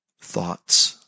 thoughts